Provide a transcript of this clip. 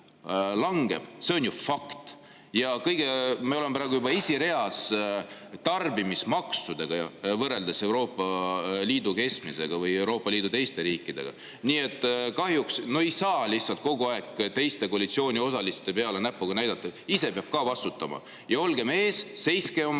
on ju fakt. Me oleme praegu juba tarbimismaksudega esireas võrreldes Euroopa Liidu keskmisega või Euroopa Liidu teiste riikidega. Nii et kahjuks ei saa lihtsalt kogu aeg teiste koalitsiooniosaliste peale näpuga näidata, ise peab ka vastutama. Olge mees, seiske oma